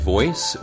Voice